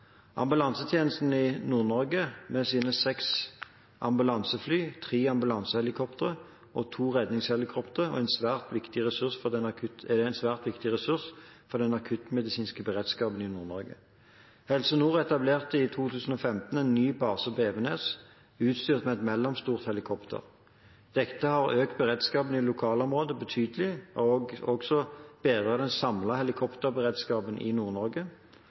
i Nord-Norge, med sine seks ambulansefly, tre ambulansehelikoptre og to redningshelikoptre, er en svært viktig ressurs for den akuttmedisinske beredskapen i Nord-Norge. Helse Nord etablerte i 2015 en ny base på Evenes, utstyrt med et mellomstort helikopter. Dette har økt beredskapen i lokalområdet betydelig og har også bedret den samlede helikopterberedskapen i